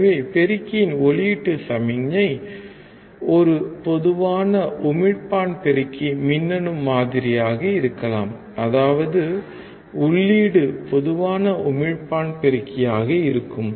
எனவே பெருக்கியின் உள்ளீட்டு சமிக்ஞை ஒரு பொதுவான உமிழ்ப்பான் பெருக்கி மின்னணு மாதிரியாக இருக்கலாம் அதாவது உள்ளீடு பொதுவான உமிழ்ப்பான் பெருக்கியாக இருக்கும்